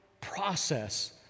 process